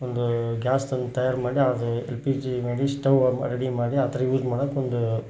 ಒಂದು ಗ್ಯಾಸ್ ತಂದು ತಯಾರು ಮಾಡಿ ಅದು ಎಲ್ ಪಿ ಜಿ ಮಾಡಿ ಸ್ಟೌವನ್ನ ರೆಡಿ ಮಾಡಿ ಆ ಥರ ಯೂಸ್ ಮಾಡೋಕೆ ಒಂದು